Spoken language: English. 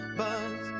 buzz